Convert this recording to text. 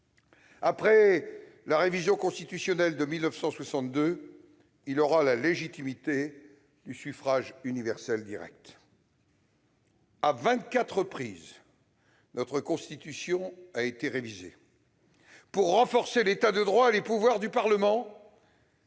Après la révision constitutionnelle de 1962, il a eu la légitimité du suffrage universel direct. À vingt-quatre reprises, notre Constitution a été révisée, pour renforcer l'État de droit et les pouvoirs du Parlement